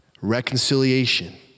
reconciliation